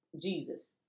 Jesus